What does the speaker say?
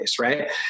right